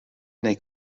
neu